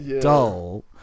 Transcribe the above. dull